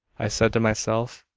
i said to myself,